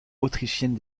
autrichienne